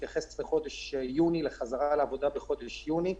מתייחס לחזרה לעבודה בחודש יוני.